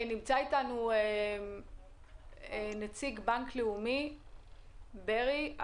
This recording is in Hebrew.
נמצא איתנו נציג בנק לאומי, ברי.